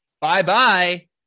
bye-bye